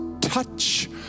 touch